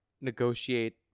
negotiate